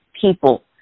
people